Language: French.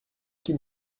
qu’il